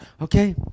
Okay